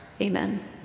amen